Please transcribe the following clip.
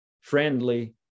friendly